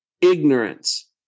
ignorance